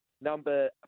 number